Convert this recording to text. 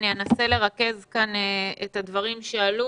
אני אנסה לרכז כאן את הדברים שעלו